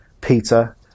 Peter